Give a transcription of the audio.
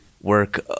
work